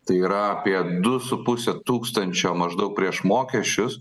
tai yra apie du su puse tūkstančio maždaug prieš mokesčius